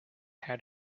had